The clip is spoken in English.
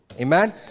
Amen